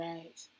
Right